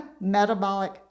metabolic